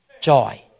joy